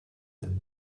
that